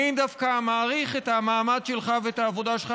אני דווקא מעריך את המאמץ שלך ואת העבודה שלך.